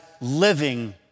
living